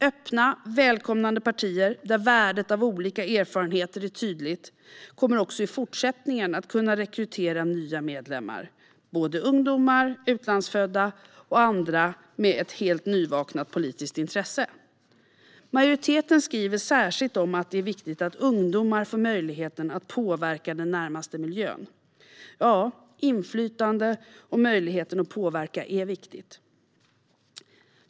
Öppna, välkomnande partier där värdet av olika erfarenheter är tydligt kommer också i fortsättningen att kunna rekrytera nya medlemmar - såväl ungdomar som utlandsfödda och andra med ett helt nyvaknat politiskt intresse. Majoriteten skriver särskilt att det är viktigt att ungdomar får möjlighet att påverka den närmaste miljön. Ja, inflytande och möjligheten att påverka är viktigt.